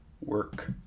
Work